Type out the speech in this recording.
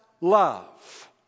love